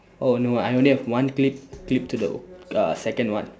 oh no I only have one clip clipped to the uh second one